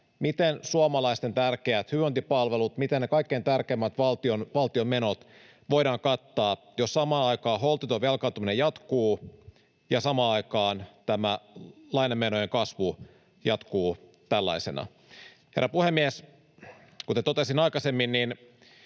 miten suomalaisten tärkeät hyvinvointipalvelut, miten ne kaikkein tärkeimmät valtion menot voidaan kattaa, jos samaan aikaan holtiton velkaantuminen jatkuu ja samaan aikaan tämä lainamenojen kasvu jatkuu tällaisena. Herra puhemies! Kuten totesin aikaisemmin,